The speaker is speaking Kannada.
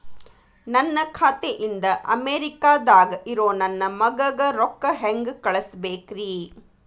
ನನ್ನ ಖಾತೆ ಇಂದ ಅಮೇರಿಕಾದಾಗ್ ಇರೋ ನನ್ನ ಮಗಗ ರೊಕ್ಕ ಹೆಂಗ್ ಕಳಸಬೇಕ್ರಿ?